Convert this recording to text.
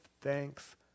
thanks